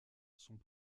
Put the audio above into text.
sont